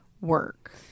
work